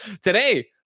Today